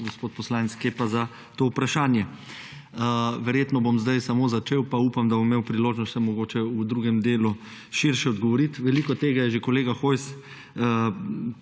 poslanec Kepa, za to vprašanje. Verjetno bom zdaj samo začel, pa upam, da bom imel priložnost še mogoče v drugem delu širše odgovoriti. Veliko tega je že kolega Hojs